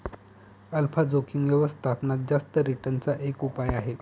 alpha जोखिम व्यवस्थापनात जास्त रिटर्न चा एक उपाय आहे